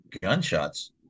Gunshots